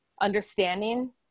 understanding